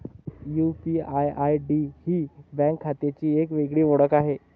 UPI ID ही bank खात्याची एक वेगळी ओळख आहे